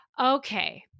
Okay